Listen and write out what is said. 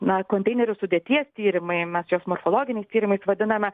na konteinerių sudėties tyrimai mes čias morfologiniais tyrimais vadiname